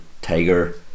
Tiger